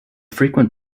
frequent